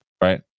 right